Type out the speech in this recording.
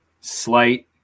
Slight